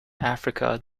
africa